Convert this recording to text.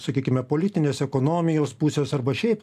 sakykime politinės ekonomijos pusės arba šiaip